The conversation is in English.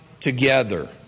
together